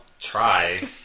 try